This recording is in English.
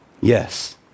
Yes